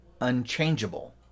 unchangeable